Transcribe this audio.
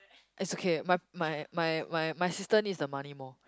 it's okay my my my my sister needs the money more